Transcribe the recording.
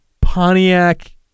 Pontiac